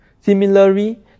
similarly